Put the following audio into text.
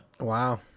Wow